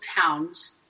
towns